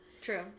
True